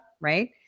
right